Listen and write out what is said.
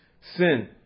Sin